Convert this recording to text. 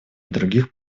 других